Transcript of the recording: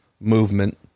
movement